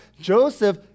Joseph